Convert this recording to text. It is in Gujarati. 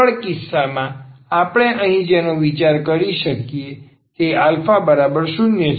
સરળ કિસ્સામાં આપણે અહીં જેનો વિચાર કરી શકીએ તે a0છીએ